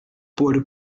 por